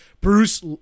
Bruce